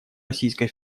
российской